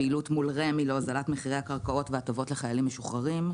פעילות מול רמ"י להוזלת מחירי הקרקעות והטבות לחיילים משוחררים.